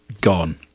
gone